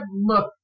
look